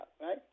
right